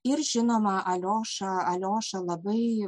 ir žinoma alioša alioša labai